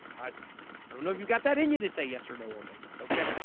i don't know if you've got that in you to say yes or no only, okay?